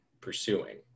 pursuing